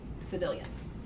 civilians